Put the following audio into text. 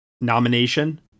nomination